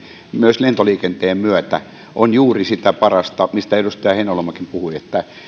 myös lentoliikenteen myötä on juuri sitä parasta mistä edustaja heinäluomakin puhui